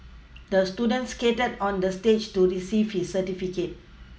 the student skated on the stage to receive his certificate